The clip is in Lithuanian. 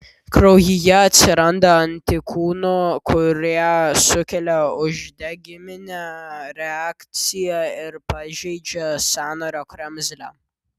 kraujyje atsiranda antikūnų kurie sukelia uždegiminę reakciją ir pažeidžia sąnario kremzlę